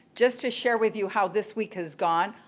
just to share with you how this week has gone,